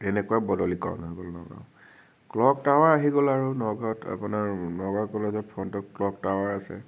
এনেকুৱা বদলিকৰণ হৈ গ'ল নগাওঁ ক্লক টাৱাৰ আহি গ'ল আৰু নগাঁৱত আপোনাৰ নগাওঁ কলেজৰ ফ্ৰন্টত ক্লক টাৱাৰ আছে